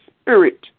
spirit